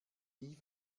nie